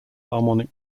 harmonic